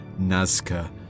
Nazca